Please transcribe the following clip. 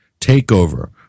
takeover